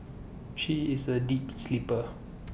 she is A deep sleeper